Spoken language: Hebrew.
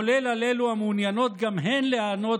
כולל על אלה המעוניינות גם הן ליהנות